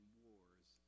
wars